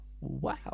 Wow